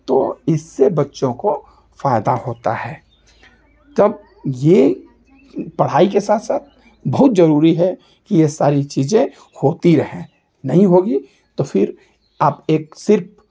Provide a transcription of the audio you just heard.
तो इससे बच्चों को फायदा होता है तब ये पढ़ाई के साथ साथ बहुत जरूरी है कि ये सारी चीज़ें होती रहे नहीं होगी तो फिर आप एक सिर्फ